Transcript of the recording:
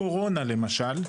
קורונה למשל,